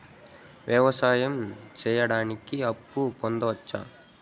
వ్యవసాయం సేయడానికి అప్పు పొందొచ్చా?